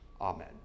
Amen